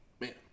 Man